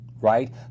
right